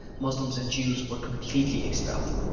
muslims and jews were completely expelled.